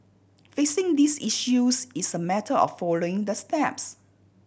fixing these issues is a matter of following the steps